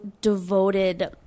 devoted